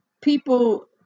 people